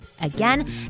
Again